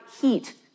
heat